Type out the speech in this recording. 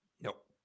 Nope